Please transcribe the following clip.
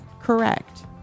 correct